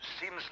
seems